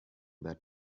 that